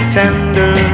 tender